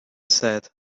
said